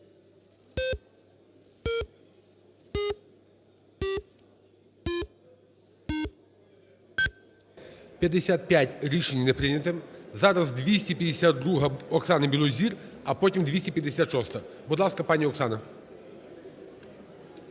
За-55 Рішення не прийнято. Зараз 252-а Оксани Білозір, а потім 256-а. Будь ласка, пані Оксана.